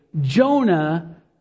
Jonah